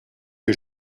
que